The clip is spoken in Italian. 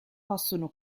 possono